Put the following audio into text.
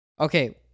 Okay